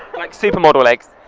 like supermodel legs.